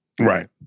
Right